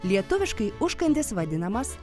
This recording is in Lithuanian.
lietuviškai užkandis vadinamas